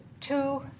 two